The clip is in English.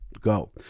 go